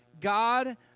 God